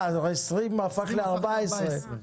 20 הפך ל-14.